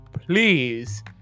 please